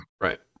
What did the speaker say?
Right